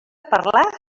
parlar